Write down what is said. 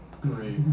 Great